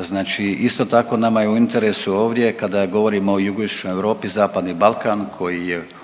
znači isto tako nama je u interesu ovdje kada govorimo o jugoistočnoj Europi, Zapadni Balkan koji je